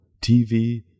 TV